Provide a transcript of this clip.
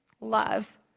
love